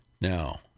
Now